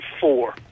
four